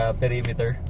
perimeter